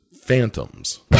Phantoms